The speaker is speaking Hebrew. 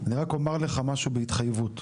אני רק אומר לך משהו בהתחייבות.